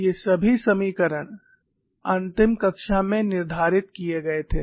ये सभी समीकरण अंतिम कक्षा में निर्धारित किए गए थे